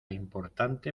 importante